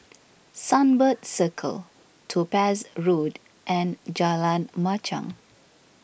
Sunbird Circle Topaz Road and Jalan Machang